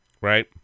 right